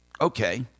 Okay